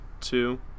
two